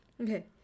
Okay